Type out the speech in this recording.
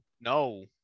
no